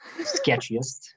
Sketchiest